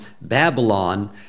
Babylon